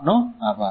આપનો આભાર